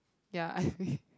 ya